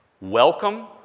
Welcome